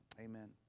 Amen